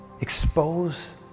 expose